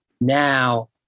now